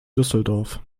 düsseldorf